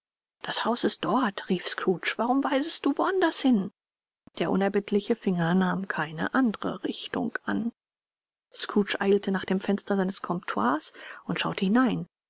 das haus ist dort rief scrooge warum weisest du wo anders hin der unerbittliche finger nahm keine andere richtung an scrooge eilte nach dem fenster seines comptoirs und schaute hinein